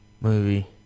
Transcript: movie